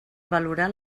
valorar